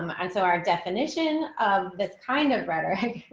um and so our definition of this kind of rhetoric.